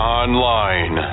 online